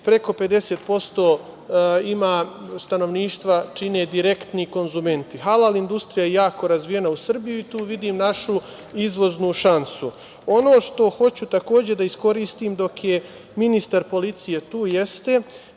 preko 50% stanovništva čine direktni konzumenti. Halal industrija je jako razvijena u Srbiji i tu vidim našu izvoznu šansu. Ono što hoću takođe da iskoristim dok je ministar policije tu jeste